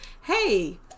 hey